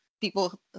people